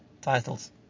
titles